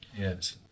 yes